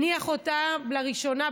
הניח אותה לראשונה,